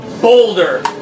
boulder